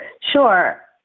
Sure